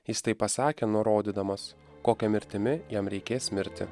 jis taip pasakė nurodydamas kokia mirtimi jam reikės mirti